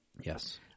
Yes